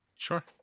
sure